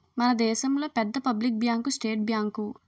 మన దేశంలో పెద్ద పబ్లిక్ బ్యాంకు స్టేట్ బ్యాంకు